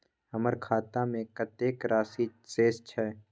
हमर खाता में कतेक राशि शेस छै?